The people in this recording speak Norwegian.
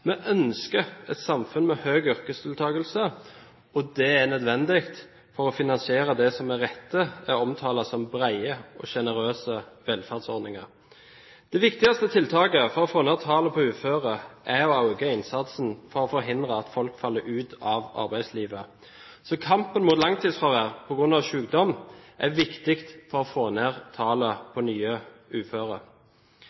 Vi ønsker et samfunn med høy yrkesdeltakelse. Det er nødvendig for å finansiere det som med rette er omtalt som brede og sjenerøse velferdsordninger. Det viktigste tiltaket for å få ned tallet på uføre er å øke innsatsen for å forhindre at folk faller ut av arbeidslivet. Så kampen mot langtidsfravær på grunn av sykdom er viktig for å få ned